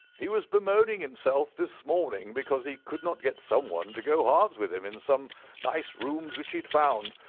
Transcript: he was bemoaning himself this morning because he could not get someone to go halves with him in some nice rooms which he had found,